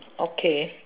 okay